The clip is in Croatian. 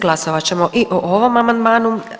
Glasovat ćemo i o ovom amandmanu.